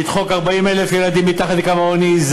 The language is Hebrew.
לדחוק 40,000 ילדים מתחת לקו העוני,